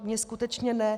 Mně skutečně ne.